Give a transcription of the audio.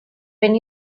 when